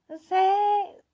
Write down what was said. say